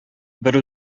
бер